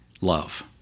Love